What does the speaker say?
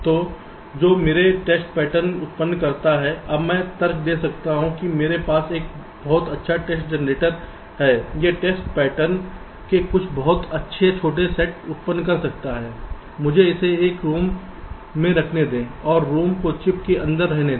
तो जो मेरे टेस्ट पैटर्न उत्पन्न कर रहा है अब मैं तर्क दे सकता हूं कि मेरे पास एक बहुत अच्छा टेस्ट जनरेटर है यह टेस्ट पैटर्न के कुछ बहुत अच्छे छोटे सेट उत्पन्न कर सकता है मुझे इसे एक ROM में रखने दें और ROM को चिप के अंदर रहने दें